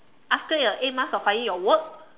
after your eight months of finding your work